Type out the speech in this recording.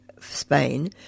Spain